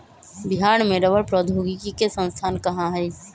बिहार में रबड़ प्रौद्योगिकी के संस्थान कहाँ हई?